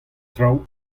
traoù